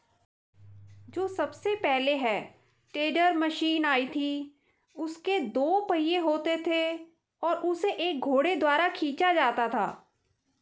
जो सबसे पहले हे टेडर मशीन आई थी उसके दो पहिये होते थे और उसे एक घोड़े द्वारा खीचा जाता था